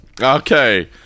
Okay